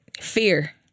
fear